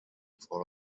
for